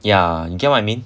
ya you get what I mean